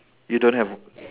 you don't have